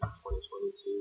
2022